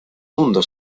mundo